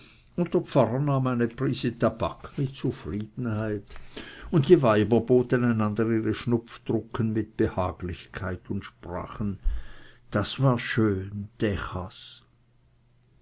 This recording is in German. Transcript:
nahm eine prise tabak mit zufriedenheit und die weiber boten einander ihre schnupfdrucken mit behaglichkeit und sprachen das war doch schön